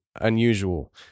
unusual